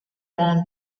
pont